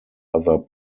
other